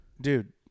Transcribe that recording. Dude